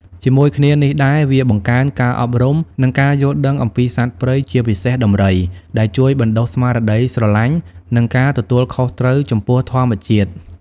ជាមួយគ្នានេះដែរ វាបង្កើន ការអប់រំ និង ការយល់ដឹងអំពីសត្វព្រៃ ជាពិសេសដំរី ដែលជួយបណ្ដុះស្មារតីស្រឡាញ់ និងការទទួលខុសត្រូវចំពោះធម្មជាតិ។